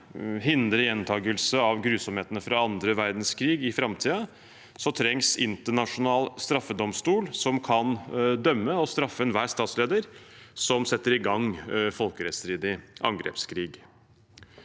hindre gjentakelse av grusomhetene fra annen verdenskrig i framtiden, trengs en internasjonal straffedomstol som kan dømme og straffe enhver statsleder som setter i gang en folkerettsstridig angrepskrig.